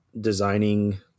designing